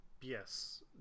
yes